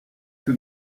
que